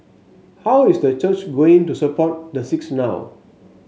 how is the church going to support the six now